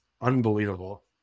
unbelievable